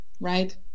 right